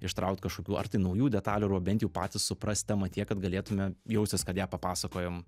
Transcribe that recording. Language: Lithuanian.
ištraukt kažkokių ar tai naujų detalių arba bent jau patys suprast temą tiek kad galėtume jaustis kad ją papasakojom